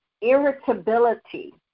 irritability